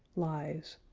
lies.